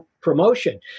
promotion